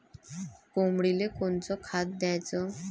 कोंबडीले कोनच खाद्य द्याच?